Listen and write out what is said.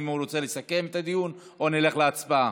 רוצה לסכם את הדיון או נלך להצבעה?